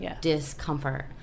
discomfort